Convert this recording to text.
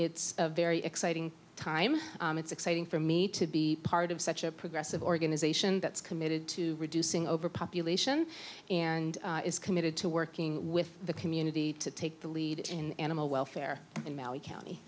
it's a very exciting time it's exciting for me to be part of such a progressive organization that's committed to reducing overpopulation and is committed to working with the community to take the lead in animal welfare in mallee county